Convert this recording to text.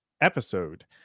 episode